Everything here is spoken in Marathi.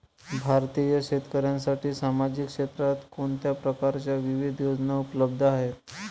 भारतीय शेतकऱ्यांसाठी सामाजिक क्षेत्रात कोणत्या प्रकारच्या विविध योजना उपलब्ध आहेत?